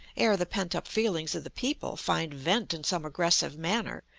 ere the pent-up feelings of the people find vent in some aggressive manner,